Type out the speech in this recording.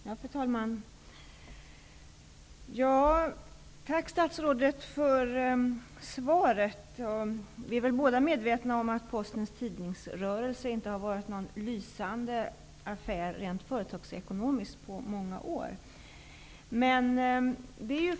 Fru talman! Tack, statsrådet, för svaret! Vi är väl båda medvetna om att Postens tidningsrörelse inte har varit någon lysande affär rent företagsekonomiskt på många år.